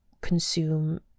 consume